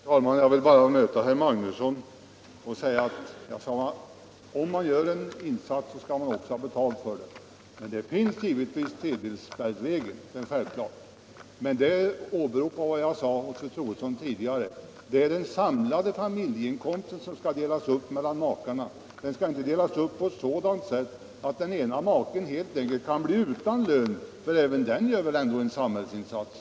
Nr 76 Herr talman! Jag vill bara bemöta herr Magnusson i Borås och säga, att om man gör en insats skall man också ha betalt för den. Nu har vi här en spärregel, där det talas om en tredjedel, och — nu upprepar jag vad jag Li tidigare sade till fru Troedsson — det är den samlade familjeinkomsten som = Avveckling av s.k. skall delas upp mellan makarna. Den skall inte delas upp så att den ena = faktisk sambeskattmaken helt enkelt blir utan lön. Även den maken gör väl en samhällsinsats!